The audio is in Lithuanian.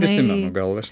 prisimenu gal aš